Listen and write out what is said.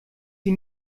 die